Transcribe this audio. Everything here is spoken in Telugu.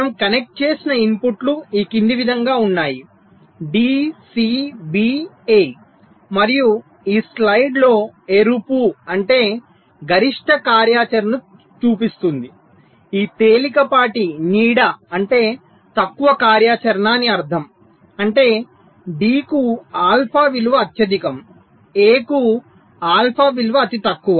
మనము కనెక్ట్ చేసిన ఇన్పుట్లు ఈ క్రింది విధంగా ఉన్నాయి d c b a మరియు ఈ స్లైడ్ లో ఎరుపు అంటే గరిష్ట కార్యాచరణను చూపిస్తుంది ఈ తేలికపాటి నీడ అంటే తక్కువ కార్యాచరణ అని అర్థం అంటే d కు ఆల్ఫా విలువ అత్యధికం a కు ఆల్ఫా విలువ అతి తక్కువ